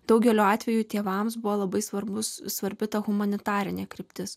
daugeliu atveju tėvams buvo labai svarbus svarbi ta humanitarinė kryptis